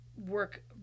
work